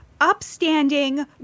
upstanding